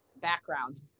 background